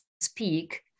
speak